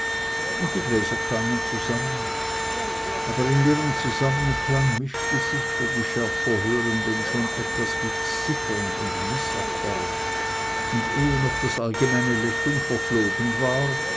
und die gläser klangen zusammen aber in ihren zusammenklang mischte sich für die schärfer hörenden schon etwas wie zittern und mißakkord und ehe noch das allgemeine lächeln verflogen war